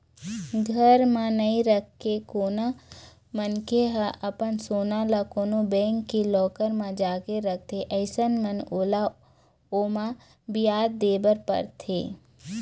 घर म नइ रखके कोनो मनखे ह अपन सोना ल कोनो बेंक के लॉकर म जाके रखथे अइसन म ओला ओमा बियाज दे बर परथे